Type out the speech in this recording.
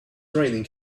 raining